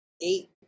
eight